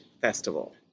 festival